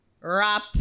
rap